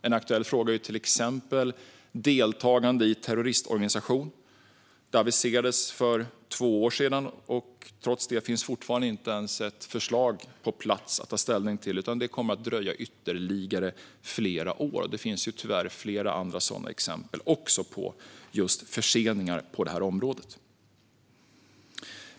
En aktuell fråga gäller till exempel deltagande i terroristorganisation. Ett förslag rörande detta aviserades för två år sedan. Trots det finns fortfarande inte ens ett förslag på plats att ta ställning till, utan det kommer att dröja ytterligare flera år. Det finns tyvärr flera andra exempel på förseningar på området.